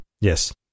Yes